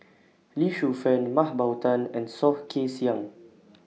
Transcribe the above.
Lee Shu Fen Mah Bow Tan and Soh Kay Siang